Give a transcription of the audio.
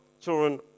children